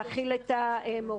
להכיל את המורים.